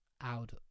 out